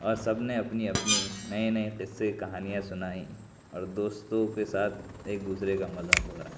اور سب نے اپنی اپنی نئے نئے قصے کہانیاں سنائیں اور دوستوں کے ساتھ ایک دوسرے کا مذاق اڑایا